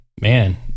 man